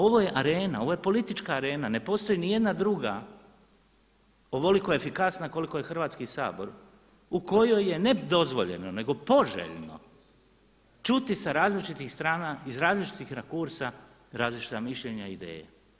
Ovo je arena, ovo je politička arena, ne postoji nijedna druga ovoliko efikasna koliko je Hrvatski sabor u kojoj je ne dozvoljeno nego poželjno čuti sa različitih strana iz različitih rakursa različita mišljenja i ideje.